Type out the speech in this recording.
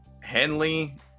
Henley